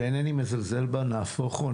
אינני מזלזל בה נהפוך הוא,